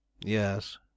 yes